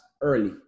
early